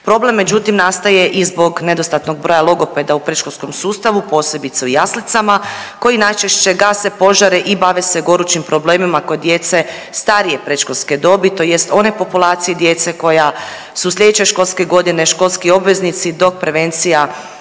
Problem međutim nastaje i zbog nedostatnog broja logopeda u predškolskom sustavu, posebice u jaslicama koji najčešće gase požare i bave se gorućim problemima kod djece starije predškolske dobi tj. one populacije djece koja su sljedeće školske godine školski obveznici dok prevencija